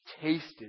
tasted